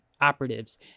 operatives